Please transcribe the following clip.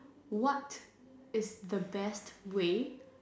what is the best way